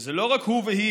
שזה לא רק הוא והיא,